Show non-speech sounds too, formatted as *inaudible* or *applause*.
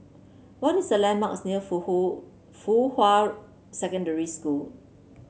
what is the landmarks near *unintelligible* Fuhua Secondary School